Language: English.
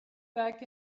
back